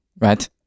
right